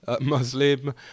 Muslim